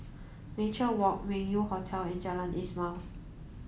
Nature Walk Meng Yew Hotel and Jalan Ismail